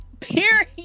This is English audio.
Period